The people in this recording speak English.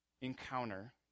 encounter